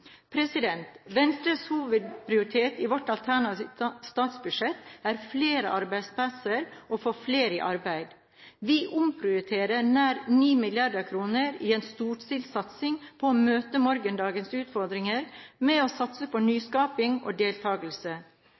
flere i arbeid. Vi omprioriterer nær 9 mrd. kr i en storstilt satsing på å møte morgendagens utfordringer med å satse på nyskaping og